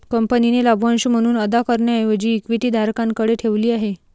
कंपनीने लाभांश म्हणून अदा करण्याऐवजी इक्विटी धारकांकडे ठेवली आहे